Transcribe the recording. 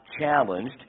challenged